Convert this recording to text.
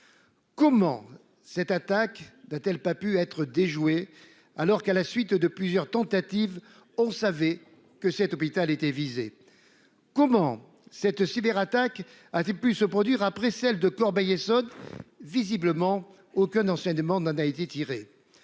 Comment cette attaque d'pas pu être déjoué alors qu'à la suite de plusieurs tentatives. On savait que cet hôpital était visé. Comment cette cyberattaque a-t-il pu se produire après celle de Corbeil-Essonnes visiblement aucun enseignement n'a, n'a été tiré